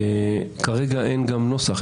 כרגע אין גם נוסח,